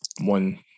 one